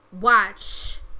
watch